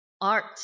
art